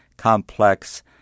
complex